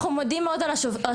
אנחנו מודים מאוד על השותפות.